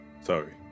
Sorry